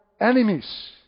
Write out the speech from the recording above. enemies